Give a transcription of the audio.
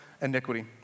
iniquity